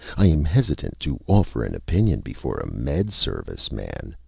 i am hesitant to offer an opinion before a med service man!